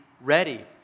ready